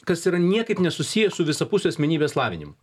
kas yra niekaip nesusiję su visapusiu asmenybės lavinimu